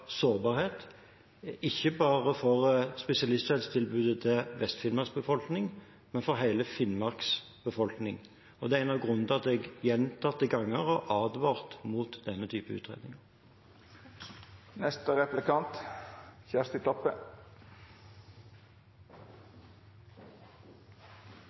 sårbarhet, ikke bare for spesialisthelsetilbudet til Vest-Finnmarks befolkning, men for hele Finnmarks befolkning. Det er en av grunnene til at jeg gjentatte ganger har advart mot denne type